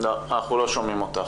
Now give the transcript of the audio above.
הוא היה הכלי לאנוס,